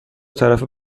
طرفه